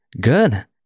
Good